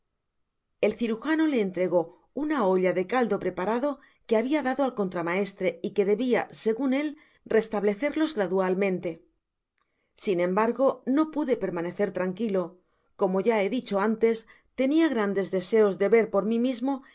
el cirujano le entregó una olla del caldo preparado que habia dado al contramaestre y que debia segun él restablecerlos gradualmente sin embargo no pude permanecer trauqu lo come ya be diebo antes tenia grandes deseos de ver por mi mismo